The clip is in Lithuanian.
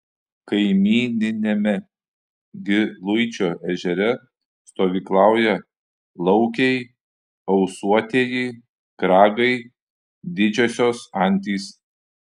kaimyniniame giluičio ežere stovyklauja laukiai ausuotieji kragai didžiosios antys